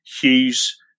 Hughes